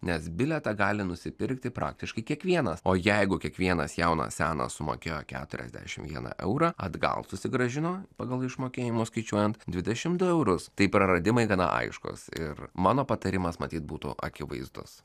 nes bilietą gali nusipirkti praktiškai kiekvienas o jeigu kiekvienas jaunas senas sumokėjo keturiasdešimt vieną eurą atgal susigrąžino pagal išmokėjimo skaičiuojant dvidešimt du eurus tai praradimai gana aiškus ir mano patarimas matyt būtų akivaizdus